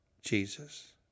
Jesus